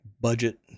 budget